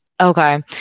okay